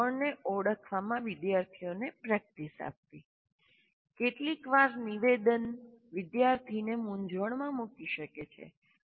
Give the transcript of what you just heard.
મૂંઝવણને ઓળખવામાં વિદ્યાર્થીઓને પ્રેક્ટિસ આપવી કેટલીકવાર નિવેદન વિદ્યાર્થીને મૂંઝવણમાં મુકી શકે છે